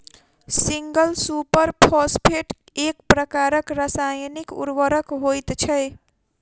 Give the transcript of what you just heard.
single super phosphate एक प्रकारक रासायनिक उर्वरक होइत छै